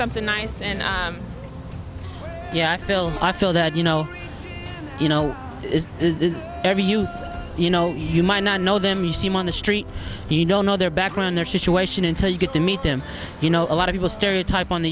something nice and yeah still i feel that you know you know every youth you know you might not know them you see him on the street you don't know their background their situation until you get to meet them you know a lot of people stereotype on the